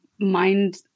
mind